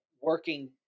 working